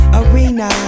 arena